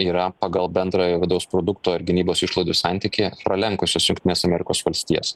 yra pagal bendrojo vidaus produkto ir gynybos išlaidų santykį pralenkusios jungtines amerikos valstijas